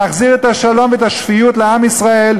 להחזיר את השלום ואת השפיות לעם ישראל